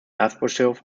erzbischof